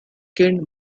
gained